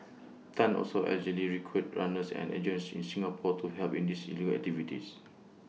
Tan also allegedly recruited runners and agents in Singapore to help in these illegal activities